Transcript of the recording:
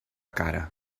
cara